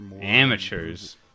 Amateurs